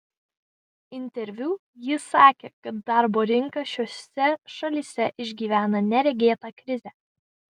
interviu ji sakė kad darbo rinka šiose šalyse išgyvena neregėtą krizę